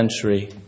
century